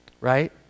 right